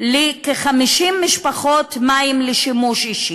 לכ-50 משפחות מים לשימוש אישי,